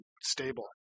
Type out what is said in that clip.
stable